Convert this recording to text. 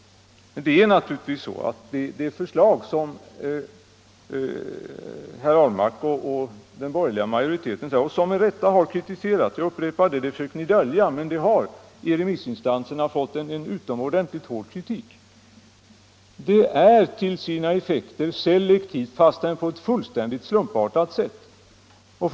Det är naturligtvis så att det system som herr Ahlmark och den borgerliga majoriteten föreslår till sina effekter är selektivt, fastän på ett fullständigt slumpartat sätt. Förslaget har med rätta kritiserats. Det försöker ni dölja, men jag upprepar att förslaget i remissinstanserna har fått en utomordentligt hård kritik.